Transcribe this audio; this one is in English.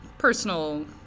personal